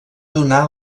donar